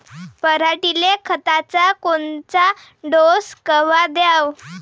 पऱ्हाटीले खताचा कोनचा डोस कवा द्याव?